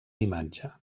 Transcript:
imatge